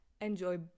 enjoy